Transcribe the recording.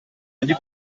handy